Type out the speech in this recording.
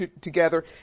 together